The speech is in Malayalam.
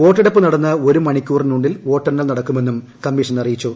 വോട്ടെടുപ്പ് നടന്ന് ഒരു മണിക്കൂറിനുള്ളിൽ വോട്ടെണ്ണൽ നടക്കുമെന്നും കമ്മീഷൻ അറിയിച്ചു